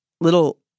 little